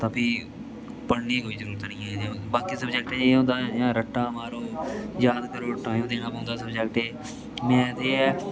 तां फ्ही पढ़ने दी कोई जरूरत नी ऐ बाकी सब्जेक्टें च इयां होंदा ऐ रट्टा मारो याद करो टाइम देना पौंदा सब्जेक्ट ऐ मैथ एह् ऐ